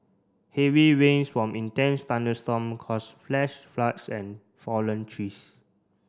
heavy rains from intense thunderstorm caused flash floods and fallen trees